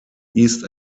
east